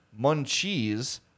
munchies